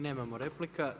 Nemamo replika.